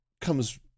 comes